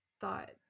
thought